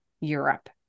Europe